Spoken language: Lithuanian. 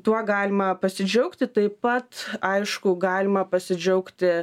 tuo galima pasidžiaugti taip pat aišku galima pasidžiaugti